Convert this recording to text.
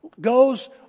goes